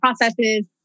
processes